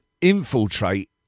infiltrate